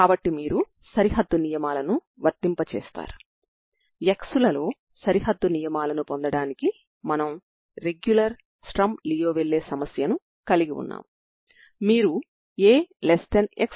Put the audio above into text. కాబట్టి 0 నుండి L వరకు ఇది మీ సమాచారం అవుతుంది అంటే స్ట్రింగ్ యొక్క ప్రారంభ సమయం స్థానభ్రంశం మరియు వెలాసిటీ మీకు తెలుసు